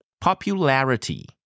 Popularity